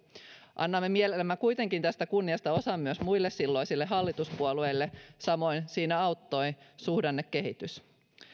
annamme mielellämme kuitenkin tästä kunniasta osan myös muille silloisille hallituspuolueille ja samoin siinä auttoi suhdannekehitys